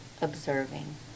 observing